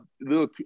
little